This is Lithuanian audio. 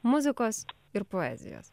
muzikos ir poezijos